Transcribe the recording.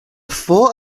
thought